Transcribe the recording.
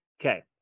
Okay